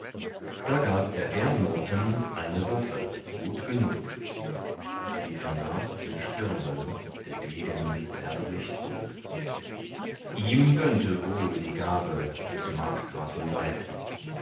da gab er gernoten eine waffe gut genug die hernach in stürmen der degen herrlich trug ihm gönnte wohl die gabe des markgrafen weib